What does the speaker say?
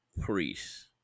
priests